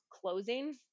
closing